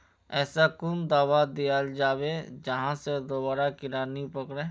ऐसा कुन दाबा दियाल जाबे जहा से दोबारा कीड़ा नी पकड़े?